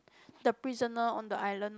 the prisoner on the island